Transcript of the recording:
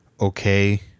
okay